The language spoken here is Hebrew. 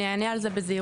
אני אענה על זה בזהירות,